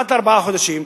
אחת לארבעה חודשים,